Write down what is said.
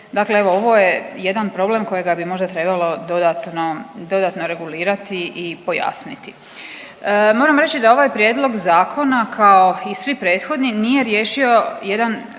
Dakle evo ovo je jedan problem kojega bi možda trebalo dodatno dodatno regulirati i pojasniti. Moram reći da ovaj prijedlog zakona kao i svi prethodni nije riješio jedan